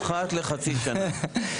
אחת לחצי שנה.